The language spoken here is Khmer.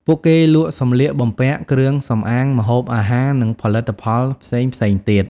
ពួកគេលក់សម្លៀកបំពាក់ គ្រឿងសម្អាង ម្ហូបអាហារ និងផលិតផលផ្សេងៗទៀត។